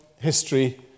history